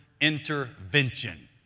intervention